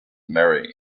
marry